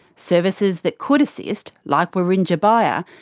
services that could assist, like wirringa baiya,